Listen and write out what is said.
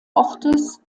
ortes